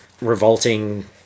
revolting